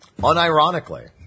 Unironically